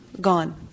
gone